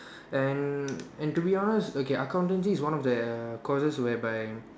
and and to be honest okay accountancy is one of the courses whereby